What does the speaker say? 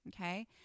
Okay